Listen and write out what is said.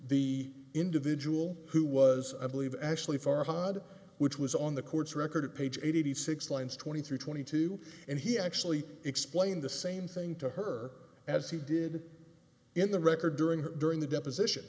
the individual who was i believe actually far hired which was on the court's record page eighty six lines twenty three twenty two and he actually explained the same thing to her as he did in the record during her during the deposition